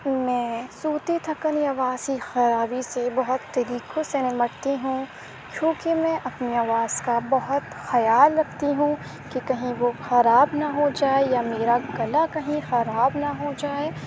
میں صوتی تھکن یا آواز کی خرابی سے بہت طریقوں سے نمٹتی ہوں کیونکہ میں اپنی آواز کا بہت خیال رکھتی ہوں کہ کہیں وہ خراب نہ ہو جائے یا میرا گلا کہیں خراب نہ ہو جائے